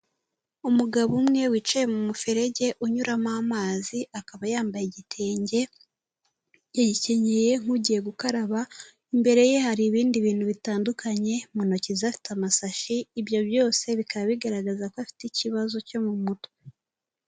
Umugabo umwe wicaye mu muferege unyuramo amazi akaba yambaye igitenge, yagikenye nk'ugiye gukaraba, imbere ye hari ibindi bintu bitandukanye mu ntoki ze afite amasashi ibyo byose bikaba bigaragaza ko afite ikibazo cyo mu mutwe.